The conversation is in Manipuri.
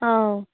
ꯑꯧ